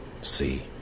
see